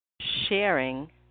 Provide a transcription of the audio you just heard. sharing